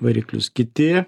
variklius kiti